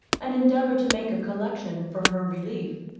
and endeavour to make a collection for her relief.